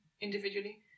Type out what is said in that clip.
individually